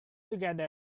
together